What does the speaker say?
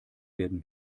werden